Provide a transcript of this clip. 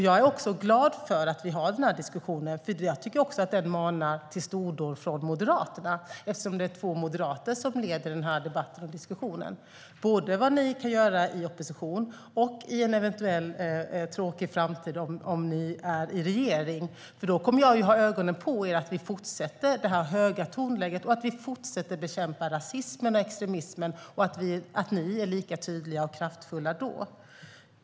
Jag är glad över att vi har denna diskussion, för jag tycker att den också manar till stordåd från Moderaterna, eftersom det är två moderater som leder denna debatt och diskussion. Det handlar om vad ni kan göra både i opposition och i en eventuell tråkig framtid, om ni är i regering. Då kommer jag att ha ögonen på er så att vi fortsätter att ha detta höga tonläge och bekämpa rasism och extremism och så att ni är lika tydliga och kraftfulla då.